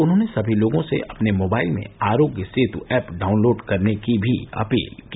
उन्होंने सभी लोगों से अपने मोबाइल में आरोग्य सेतु ऐप डाउनलोड करने की भी अपील की